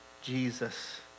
Jesus